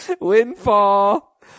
Windfall